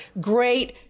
Great